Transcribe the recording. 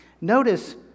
Notice